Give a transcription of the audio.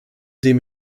dem